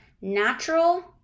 natural